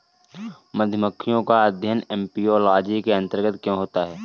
मधुमक्खियों का अध्ययन एपियोलॉजी के अंतर्गत क्यों होता है?